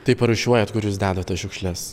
taip ar rūšiuojat kur jūs dedat tas šiukšles